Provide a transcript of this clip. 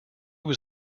was